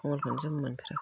खम्बलखोनो जोमनो मोनफेराखै